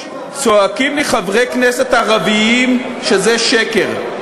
צועקים לי חברי כנסת ערבים שזה שקר.